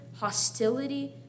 hostility